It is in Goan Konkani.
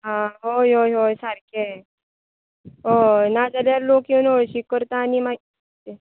आं हय हय हय सारकें हय ना जाल्यार लोक येवन हळशीक करता आनी मागीर